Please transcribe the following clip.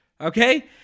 okay